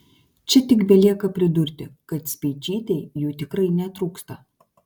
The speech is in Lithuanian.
čia tik belieka pridurti kad speičytei jų tikrai netrūksta